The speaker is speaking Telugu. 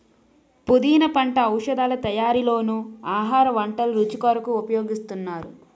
పుదీనా పంట ఔషధాల తయారీలోనూ ఆహార వంటల రుచి కొరకు ఉపయోగిస్తున్నారు